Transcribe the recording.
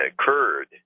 occurred